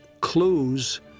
clues